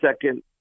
second